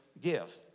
give